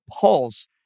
Pulse